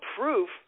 proof